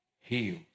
healed